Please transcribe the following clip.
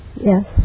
Yes